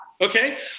okay